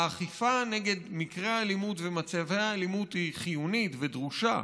האכיפה נגד מקרי האלימות ומצבי האלימות היא חיונית ודרושה,